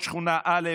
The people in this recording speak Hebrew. שכונה א',